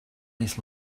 this